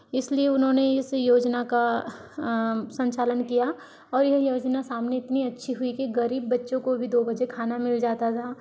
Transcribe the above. इसलिए उन्होंने इस योजना का संचालन किया और यह योजना सामने इतनी अच्छी हुई की गरीब बच्चों को भी दो बजे खाना मिल जाता था